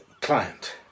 client